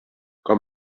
com